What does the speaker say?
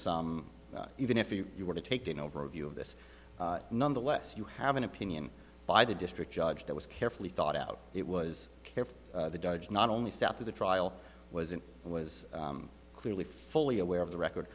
some even if you were to take dinner over a view of this nonetheless you have an opinion by the district judge that was carefully thought out it was careful the judge not only south of the trial was it was clearly fully aware of the record